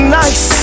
nice